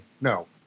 No